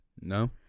No